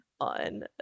on